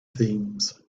things